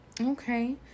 Okay